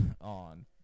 on